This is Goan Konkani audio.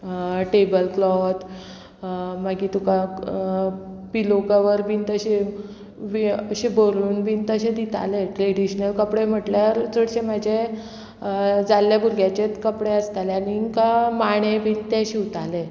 टेबल क्लोथ मागीर तुका पिलो कवर बीन तशें अशें भरून बीन तशें दितालें ट्रेडिशनल कपडे म्हटल्यार चडशे म्हाजे जाल्ले भुरग्याचे कपडे आसताले आनीक माणे बीन ते शिवताले